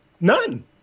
none